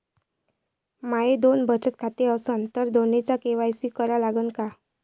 माये दोन बचत खाते असन तर दोन्हीचा के.वाय.सी करा लागन का?